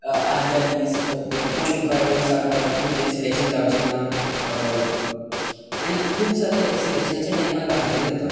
आदल्या दीस कोण तुका येवन सांगता तुजें सिलेक्शन जावचें ना आनी खूब सिलेक्शनाच्या टायमार बानगडी जाता